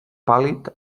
pàl·lid